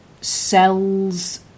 sells